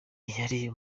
yari